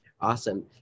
Awesome